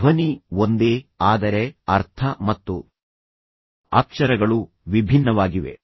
ಧ್ವನಿ ಒಂದೇ ಆದರೆ ಅರ್ಥ ಮತ್ತು ಅಕ್ಷರಗಳು ವಿಭಿನ್ನವಾಗಿವೆ